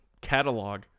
catalog